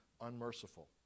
unmerciful